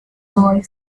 boy